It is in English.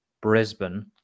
Brisbane